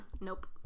nope